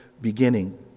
beginning